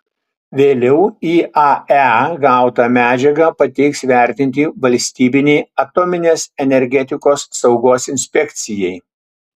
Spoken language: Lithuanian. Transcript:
vėliau iae gautą medžiagą pateiks vertinti valstybinei atominės energetikos saugos inspekcijai